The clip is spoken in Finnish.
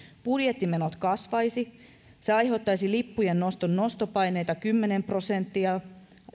budjettimenot kasvaisivat se aiheuttaisi lippujen hintaan nostopaineita kymmenen prosenttia